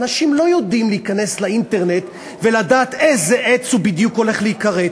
אנשים לא יודעים להיכנס לאינטרנט ולדעת איזה עץ בדיוק הולך להיכרת.